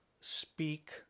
speak